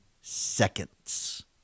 seconds